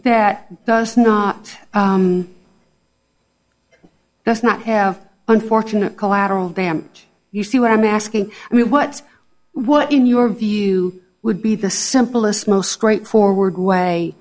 that does not does not have unfortunate collateral damage you see what i'm asking me what's what in your view would be the simplest most straightforward way